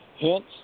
Hence